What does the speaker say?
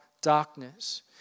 darkness